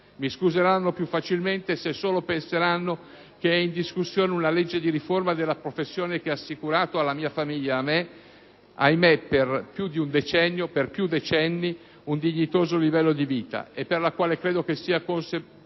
Mi scuseranno più facilmente se solo penseranno che è in discussione una legge di riforma della professione che ha assicurato alla mia famiglia e a me, per più decenni, un dignitoso livello di vita e alla quale credo sia forse